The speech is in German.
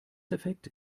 effekt